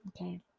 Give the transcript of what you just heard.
okay